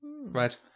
Right